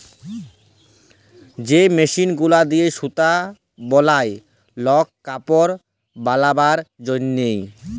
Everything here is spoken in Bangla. যে মেশিল গুলা দিয়ে সুতা বলায় লকর কাপড় বালাবার জনহে